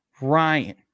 Ryan